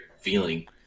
feeling